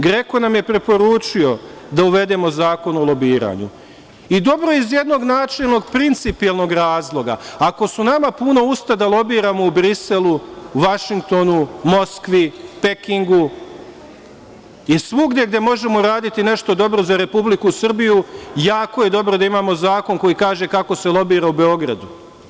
GREKO nam je preporučio da uvedemo Zakon o lobiranju, i dobro je iz jednog načelnog i principijelnog razloga, ako su nama puna usta da lobiramo u Briselu, Vašingtonu, Moskvi, Pekingu, i svugde gde možemo raditi nešto dobro za Republiku Srbiju, jako je dobro da imamo zakon koji kaže kako se lobira u Beogradu.